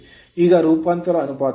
ಈಗ ರೂಪಾಂತರ ಅನುಪಾತವು 11 ಆಗಿದೆ